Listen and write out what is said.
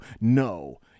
No